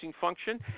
function